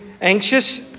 anxious